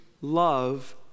love